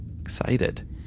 Excited